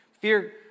Fear